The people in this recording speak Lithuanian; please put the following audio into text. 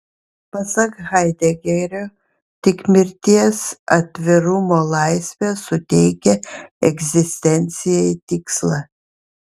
pasak haidegerio tik mirties atvirumo laisvė suteikia egzistencijai tikslą